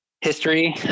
history